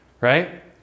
right